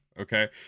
okay